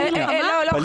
לא,